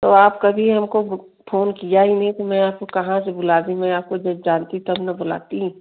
तो आप कभी हमको गो फोन किया ही नहीं तो मैं आपको कहाँ से बुलाती मैं आपको जब जानती तब ना बुलाती